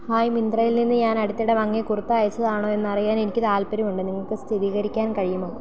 hi മിന്ത്രയിൽ നിന്ന് ഞാൻ അടുത്തിടെ വാങ്ങിയ കുർത്ത അയച്ചതാണോയെന്നറിയാന് എനിക്ക് താൽപ്പര്യമുണ്ട് നിങ്ങള്ക്ക് സ്ഥിരീകരിക്കാൻ കഴിയുമോ